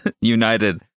united